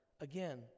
again